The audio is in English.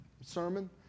sermon